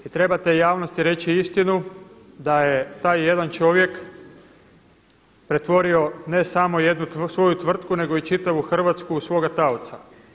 I trebate javnosti reći istinu da je taj jedan čovjek pretvorio ne samo jednu svoju tvrtku nego i čitavu Hrvatsku u svoga taoca.